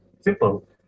Simple